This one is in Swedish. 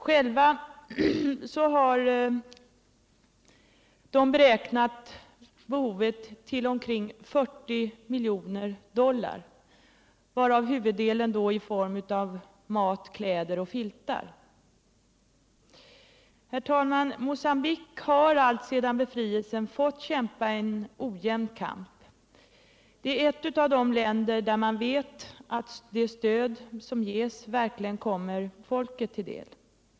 Man har i Mocambique beräknat behovet till omkring 40 miljoner dollar, varav Herr talman! Mogambique har alltsedan befrielsen fått kämpa en ojämn kamp. Det är ett av de länder om vilka man vet att det stöd som ges verkligen kommer folket till del.